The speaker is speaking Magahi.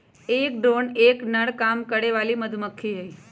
एक ड्रोन एक नर काम करे वाली मधुमक्खी हई